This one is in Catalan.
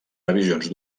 revisions